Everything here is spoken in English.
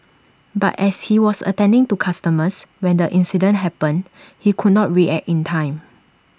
but as he was attending to customers when the incident happened he could not react in time